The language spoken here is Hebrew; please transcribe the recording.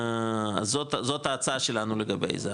אז זאת ההצעה שלנו לגבי זה,